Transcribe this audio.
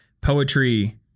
poetry